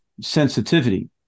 sensitivity